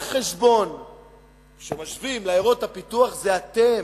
זה אתם.